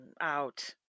out